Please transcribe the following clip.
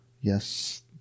Yes